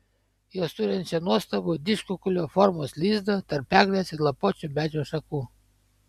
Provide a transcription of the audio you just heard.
jos surenčia nuostabų didžkukulio formos lizdą tarp eglės ar lapuočio medžio šakų